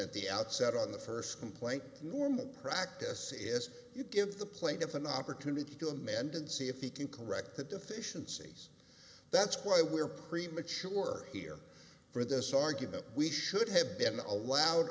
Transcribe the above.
at the outset on the first complaint in normal practice if you give the plaintiff an opportunity to amanda and see if he can correct the deficiencies that's why we're premature here for this argument we should have been allowed